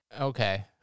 Okay